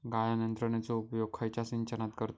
गाळण यंत्रनेचो उपयोग खयच्या सिंचनात करतत?